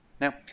Now